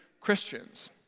Christians